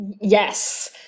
Yes